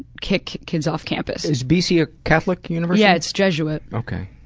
kick kids off campus. is bc a catholic university? yeah, it's jesuit. okay.